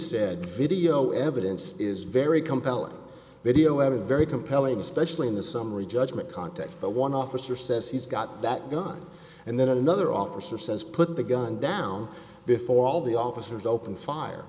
said video evidence is very compelling video of a very compelling especially in the summary judgment context the one officer says he's got that gun and then another officer says put the gun down before all the officers opened fire